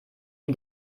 ihm